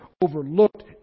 overlooked